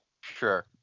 Sure